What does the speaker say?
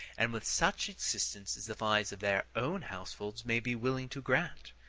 and with such assistance as the flies of their own household may be willing to grant,